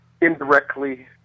indirectly